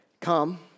come